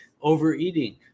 overeating